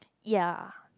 ya